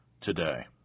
today